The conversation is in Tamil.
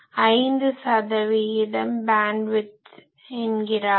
5 சதவிகிதம் பேன்ட்விட்த் என்கிறார்கள்